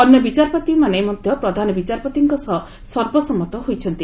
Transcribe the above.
ଅନ୍ୟ ବିଚାରପତିମାନେ ମଧ୍ୟ ପ୍ରଧାନବିଚାରପତିଙ୍କ ସହ ସର୍ବସନ୍ନତ ହୋଇଛନ୍ତି